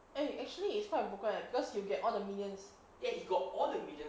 eh actually it's quite not bad because you get all the minions